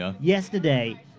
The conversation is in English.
yesterday